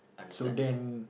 so then